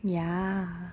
ya